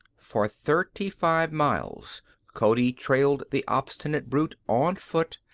for thirty-five miles cody trailed the obstinate brute on foot,